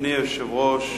אדוני היושב-ראש,